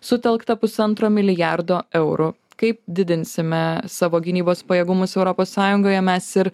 sutelkta pusantro milijardo eurų kaip didinsime savo gynybos pajėgumus europos sąjungoje mes ir